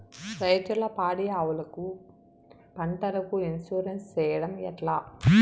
రైతులు పాడి ఆవులకు, పంటలకు, ఇన్సూరెన్సు సేయడం ఎట్లా?